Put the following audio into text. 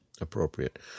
appropriate